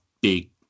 big